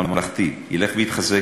הממלכתי, ילך ויתחזק.